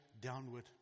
downward